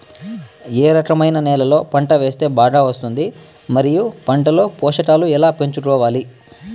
ఏ రకమైన నేలలో పంట వేస్తే బాగా వస్తుంది? మరియు పంట లో పోషకాలు ఎలా పెంచుకోవాలి?